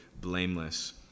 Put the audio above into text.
blameless